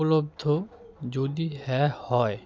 উপলব্ধ যদি হ্যা হয়